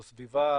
זו סביבה